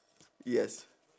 yes